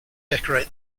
decorate